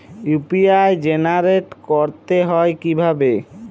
UPI generate করতে হয় কিভাবে?